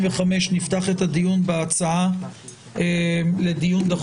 לחוק מוארכת בזה עד יום ז' בטבת